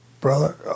Brother